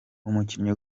umukinnyi